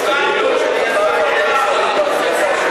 כל ההסתייגויות שקבעה ועדת שרים, שלה?